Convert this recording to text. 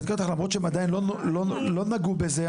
למרות שעדיין לא נגעו בזה,